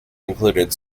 included